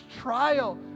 trial